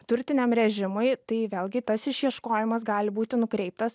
turtiniam režimui tai vėlgi tas išieškojimas gali būti nukreiptas